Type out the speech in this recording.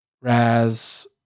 Raz